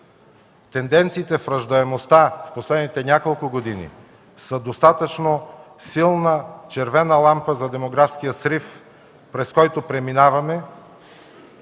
Тенденциите в раждаемостта в последните няколко години са достатъчно силна червена лампа за демографския срив, през който преминаваме,